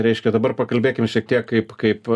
reiškia dabar pakalbėkim šiek tiek kaip kaip